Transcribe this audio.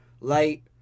Light